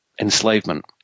enslavement